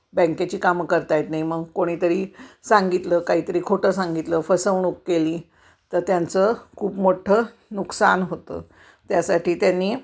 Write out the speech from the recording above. बँकेची कामं करता येत नाही मग कोणीतरी सांगितलं काहीतरी खोटं सांगितलं फसवणूक केली तर त्यांचं खूप मोठं नुकसान होतं त्यासाठी त्यांनी